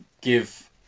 give